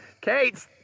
Kate